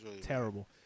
terrible